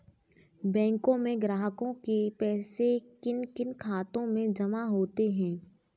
बैंकों में ग्राहकों के पैसे किन किन खातों में जमा होते हैं?